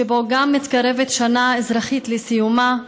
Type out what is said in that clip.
שבו גם מתקרבת שנה אזרחית לסיומה,